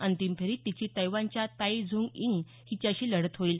अंतिम फेरीत तिची तैवानच्या ताई झू यिंग हिच्याशी लढत होईल